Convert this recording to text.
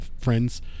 friends